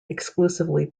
exclusively